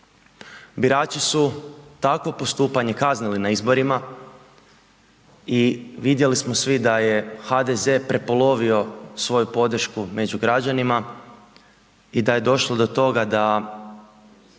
Birači su takvo postupanje kaznili na izborima i vidjeli smo svi da je HDZ prepolovio svoju podršku među građanima i da je došlo do toga da